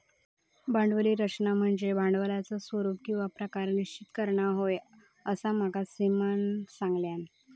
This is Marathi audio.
भांडवली रचना म्हनज्ये भांडवलाचा स्वरूप किंवा प्रकार निश्चित करना होय, असा माका सीमानं सांगल्यान